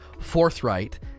forthright